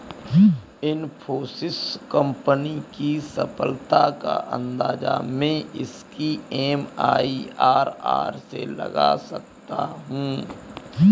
Infosys company की सफलता का अंदाजा मैं इसकी एम.आई.आर.आर से लगा सकता हूँ